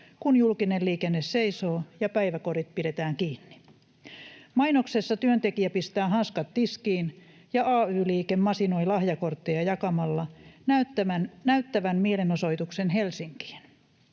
kun julkinen liikenne seisoo ja päiväkodit pidetään kiinni. Mainoksessa työntekijä pistää hanskat tiskiin, ja ay-liike masinoi lahjakortteja jakamalla näyttävän mielenosoituksen Helsinkiin